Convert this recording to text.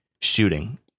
shooting